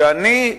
שאני,